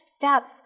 depth